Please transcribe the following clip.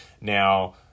Now